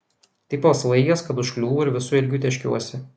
taip apsvaigęs kad užkliūvu ir visu ilgiu tėškiuosi